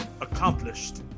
accomplished